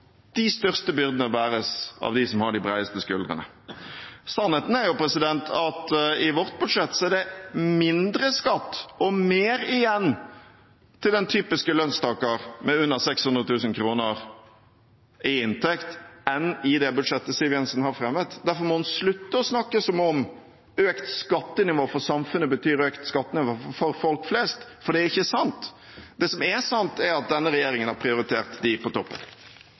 de største byrdene bæres av dem som har de bredeste skuldrene. Sannheten er at i vårt budsjett er det mindre skatt og mer igjen til den typiske lønnstaker med under 600 000 kr i inntekt, enn i det budsjettet Siv Jensen har fremmet. Derfor må hun slutte å snakke som om økt skattenivå for samfunnet betyr økt skattenivå for folk flest, for det er ikke sant. Det som er sant, er at denne regjeringen har prioritert dem på toppen.